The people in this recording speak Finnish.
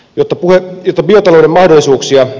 jotta puhe city joten teoiksi